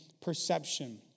perception